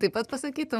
taip pat pasakytum